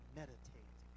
meditate